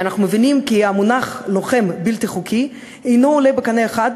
ואנחנו מבינים כי המונח "לוחם בלתי חוקי" אינו עולה בקנה אחד